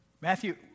Matthew